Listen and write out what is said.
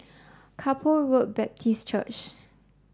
Kay Poh Road Baptist Church